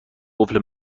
قفل